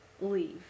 leave